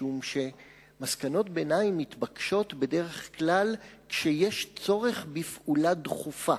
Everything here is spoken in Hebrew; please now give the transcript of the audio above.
משום שמסקנות ביניים מתבקשות בדרך כלל כשיש צורך בפעולה דחופה.